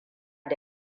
da